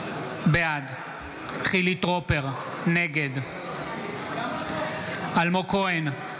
בעד חילי טרופר, נגד אלמוג כהן,